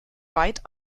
weit